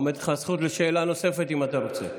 עומדת לך הזכות לשאלה נוספת, אם אתה רוצה.